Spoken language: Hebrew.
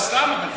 אבל סתם,